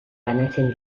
banatzen